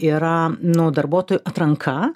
yra nu darbuotojų atranka